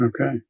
Okay